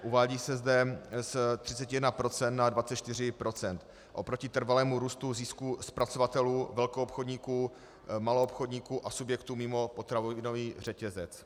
Uvádí se zde z 31 % na 24 % oproti trvalému růstu zisku zpracovatelů, velkoobchodníků, maloobchodníků a subjektů mimo potravinový řetězec.